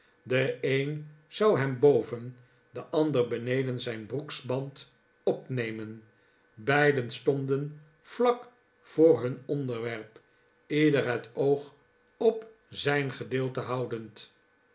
de een zou hem boven de ander beneden zijn broeksband opnemen beiden stonden vlak voor hun onderwerp ieder het oog op zijn gedeelte houdend